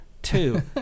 Two